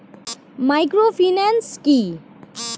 Microfinance কি?